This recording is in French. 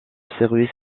service